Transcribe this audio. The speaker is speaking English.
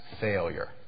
failure